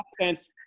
offense